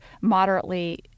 moderately